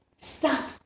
Stop